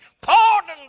Pardon